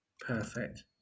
Perfect